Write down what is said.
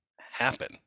happen